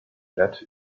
lead